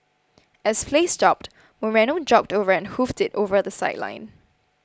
as play stopped Moreno jogged over and hoofed it over the sideline